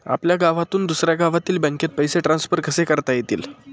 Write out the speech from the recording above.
आपल्या गावातून दुसऱ्या गावातील बँकेत पैसे ट्रान्सफर कसे करता येतील?